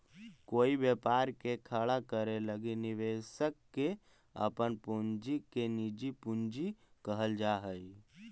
कोई व्यापार के खड़ा करे लगी निवेशक के अपन पूंजी के निजी पूंजी कहल जा हई